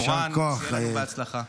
מורן, שיהיה לנו בהצלחה.